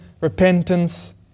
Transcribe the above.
repentance